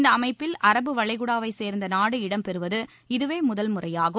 இந்த அமைப்பில் அரபு வளைகுடாவை சேர்ந்த நாடு இடம்பெறுவது இதுவே முதல் முறையாகும்